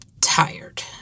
tired